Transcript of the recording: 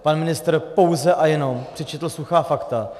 Pan ministr pouze a jenom přečetl suchá fakta.